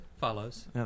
follows